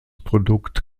produkt